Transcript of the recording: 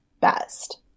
best